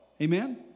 amen